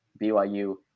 BYU